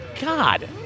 God